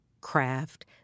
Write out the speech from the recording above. craft